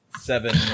seven